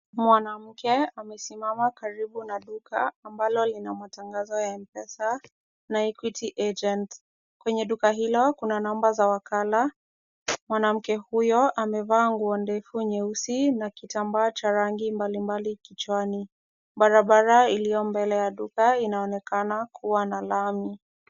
Mwanamke amesimama karibu na duka ambalo lina matangazo ya MPESA na Equity Agent. Kwenye duka hilo kuna namba za wakala. Mwanamke huyo amevaa nguo ndefu nyeusi na kitambaa cha rangi mbalimbali kichwani. Barabara iliyo mbele ya duka inaonekana kuwa na lami.